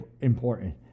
important